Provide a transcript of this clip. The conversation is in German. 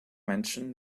menschen